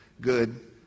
good